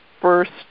first